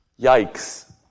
yikes